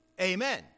Amen